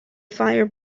fire